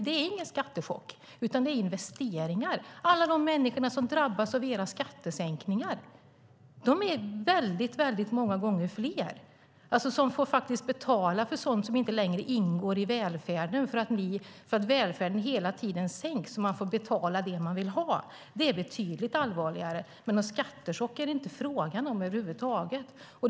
Det är ingen skattechock, utan det är investeringar. De människor som drabbas av Alliansens skattesänkningar är många gånger fler, alltså de som faktiskt får betala för sådant som inte längre ingår i välfärden eftersom välfärden hela tiden minskas. Det är betydligt allvarligare. Någon skattechock är det definitivt inte fråga om.